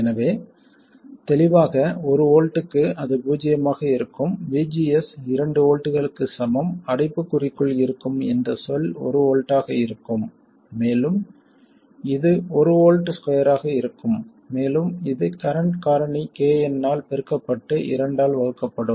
எனவே தெளிவாக 1 வோல்ட்டுக்கு அது பூஜ்ஜியமாக இருக்கும் VGS இரண்டு வோல்ட்டுகளுக்கு சமம் அடைப்புக்குறிக்குள் இருக்கும் இந்த சொல் 1 வோல்ட்டாக இருக்கும் மேலும் இது ஒரு வோல்ட் ஸ்கொயர் ஆக இருக்கும் மேலும் இது கரண்ட் காரணி K n ஆல் பெருக்கப்பட்டு இரண்டால் வகுக்கப்படும்